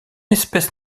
espèce